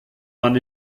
man